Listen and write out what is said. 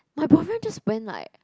my boyfriend just went like